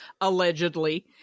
allegedly